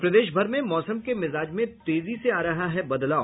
और प्रदेश भर में मौसम के मिजाज में तेजी से आ रहा है बदलाव